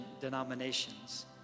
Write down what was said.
denominations